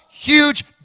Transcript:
huge